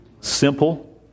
Simple